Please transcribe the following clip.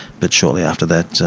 but shortly after that,